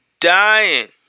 dying